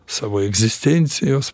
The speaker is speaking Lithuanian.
savo egzistencijos